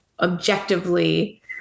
objectively